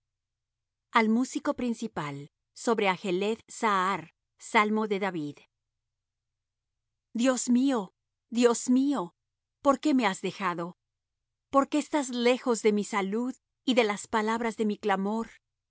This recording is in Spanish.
al músico principal sobre ajeleth sahar salmo de david dios mío dios mío por qué me has dejado por qué estás lejos de mi salud y de las palabras de mi clamor